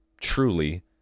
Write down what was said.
truly